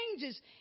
changes